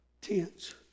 tents